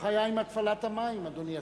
כך היה עם התפלת המים, אדוני השר.